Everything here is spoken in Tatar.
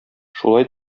шулай